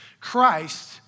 Christ